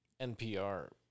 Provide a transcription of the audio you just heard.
NPR